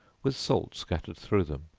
with salt scattered through them,